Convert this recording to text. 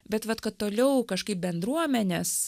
bet vat kad toliau kažkaip bendruomenės